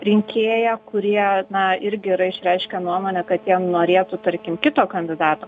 rinkėją kurie na irgi yra išreiškę nuomonę kad jie norėtų tarkim kito kandidato